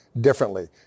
differently